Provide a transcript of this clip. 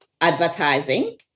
advertising